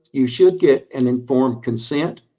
you should get an informed consent